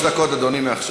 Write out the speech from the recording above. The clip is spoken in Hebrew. אדוני, שלוש דקות מעכשיו.